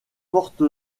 porte